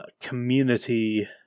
community